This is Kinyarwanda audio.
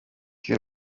ibiro